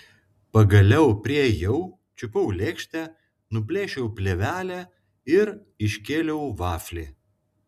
pagaliau priėjau čiupau lėkštę nuplėšiau plėvelę ir iškėliau vaflį